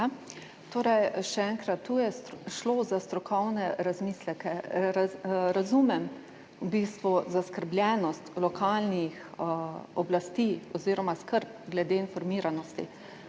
Torej še enkrat, tu je šlo za strokovne razmisleke. V bistvu razumem zaskrbljenost lokalnih oblasti oziroma skrb glede informiranosti,